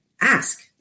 ask